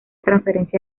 transferencia